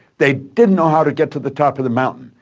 they didn't know how to get to the top of the mountain,